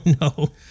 no